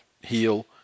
heal